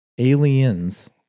aliens